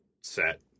set